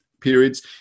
periods